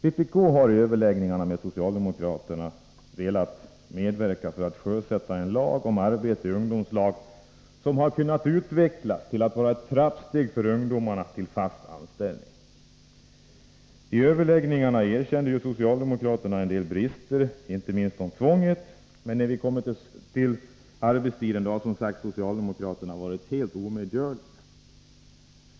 Vpk har i överläggningarna med socialdemokraterna velat medverka till att sjösätta en lag om arbete i ungdomslag, som kunnat utvecklas till att bli ett trappsteg för ungdomarna till fast anställning. I överläggningarna erkände socialdemokraterna en del brister, inte minst tvånget. Men när vi kom till arbetstiden var socialdemokraterna helt omedgörliga.